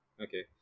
Okay